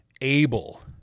able